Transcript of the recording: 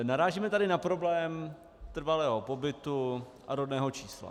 Narážíme tady na problém trvalého pobytu a rodného čísla.